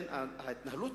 ההתנהלות